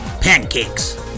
Pancakes